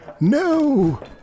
No